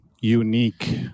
unique